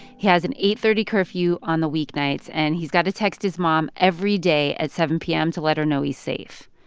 he has an eight thirty curfew on the weeknights, and he's got to text his mom every day at seven p m. to let her know he's safe.